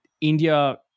India